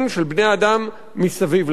של בני-אדם מסביב לנו.